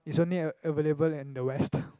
is only a available in the West